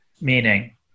Meaning